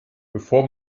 bevor